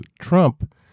Trump